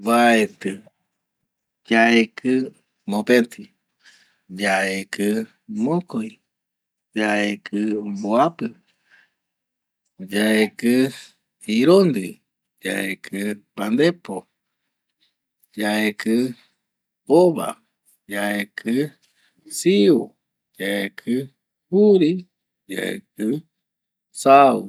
Mbaeti, yaeki mopeti, yaeki mokoi, yaeki mbuapi, yaeki irundi, yaeki pandepo, yaeki ova, yaeki siu, yaeki juri, yaeki sau.